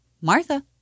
Martha